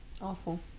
Awful